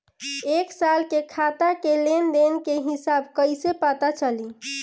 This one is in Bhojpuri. एक साल के खाता के लेन देन के हिसाब कइसे पता चली?